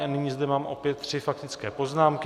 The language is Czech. Nyní zde mám opět tři faktické poznámky.